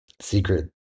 secret